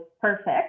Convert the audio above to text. perfect